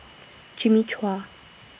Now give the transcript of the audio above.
Jimmy Chua